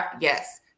Yes